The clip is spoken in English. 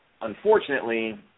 unfortunately